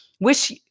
Wish